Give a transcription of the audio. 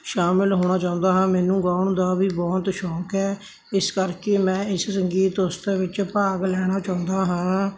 ਸ਼ਾਮਲ ਹੋਣਾ ਚਾਹੁੰਦਾ ਹਾਂ ਮੈਨੂੰ ਗਾਉਣ ਦਾ ਵੀ ਬਹੁਤ ਸ਼ੌਂਕ ਹੈ ਇਸ ਕਰਕੇ ਮੈਂ ਇਸ ਸੰਗੀਤ ਉਤਸਵ ਵਿੱਚ ਭਾਗ ਲੈਣਾ ਚਾਹੁੰਦਾ ਹਾਂ